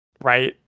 right